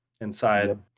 inside